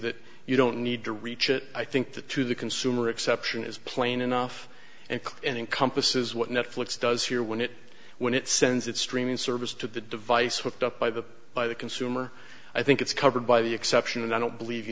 that you don't need to reach it i think that to the consumer exception is plain enough and encompasses what netflix does here when it when it sends its streaming service to the device whipped up by the by the consumer i think it's covered by the exception and i don't believe you